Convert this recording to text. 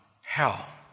hell